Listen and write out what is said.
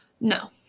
No